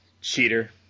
Cheater